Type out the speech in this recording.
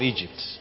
Egypt